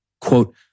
Quote